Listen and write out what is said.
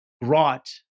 brought